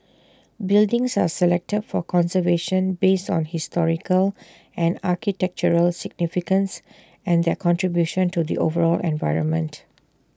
buildings are selected for conservation based on historical and architectural significance and their contribution to the overall environment